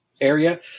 area